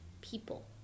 people